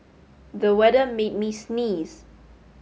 the weather made made me sneeze